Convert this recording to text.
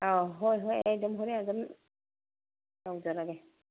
ꯑꯧ ꯍꯣꯏ ꯍꯣꯏ ꯑꯩ ꯑꯗꯨꯝ ꯍꯣꯔꯦꯟ ꯑꯗꯨꯝ ꯇꯧꯖꯔꯒꯦ